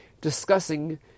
discussing